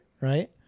Right